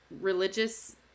religious